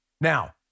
Now